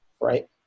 right